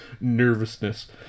nervousness